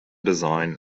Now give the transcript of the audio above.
design